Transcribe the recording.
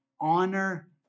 honor